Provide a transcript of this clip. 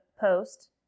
post